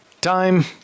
Time